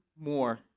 more